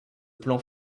plan